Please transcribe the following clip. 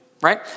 right